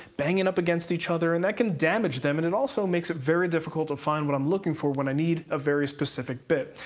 banging up against each other, and that can damage them, and it also makes it very difficult to find what i'm looking for when i need a very specific bit.